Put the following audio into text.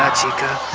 ah chica!